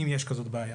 אם יש כזאת בעיה,